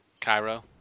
Cairo